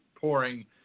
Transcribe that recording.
pouring